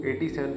87